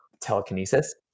telekinesis